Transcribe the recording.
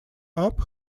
app